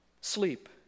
Sleep